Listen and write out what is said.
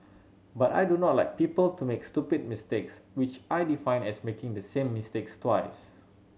but I do not like people to make stupid mistakes which I define as making the same mistakes twice